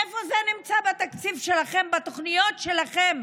איפה זה נמצא בתקציב שלכם, בתוכניות שלכם?